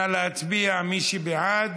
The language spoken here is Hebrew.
נא להצביע, מי שבעד,